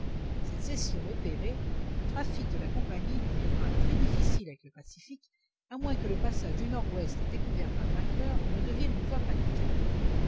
cette cession opérée le trafic de la compagnie deviendra très difficile avec le pacifique à moins que le passage du nord-ouest découvert par mac clure ne devienne une voie praticable